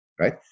right